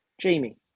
Jamie